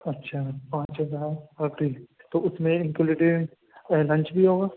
اچھا پانچ ہزار پر ڈے تو اُس میں انکلوڈنگ لنچ بھی ہوگا